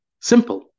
Simple